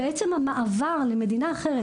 בעצם המעבר למדינה אחרת,